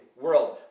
world